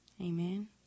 Amen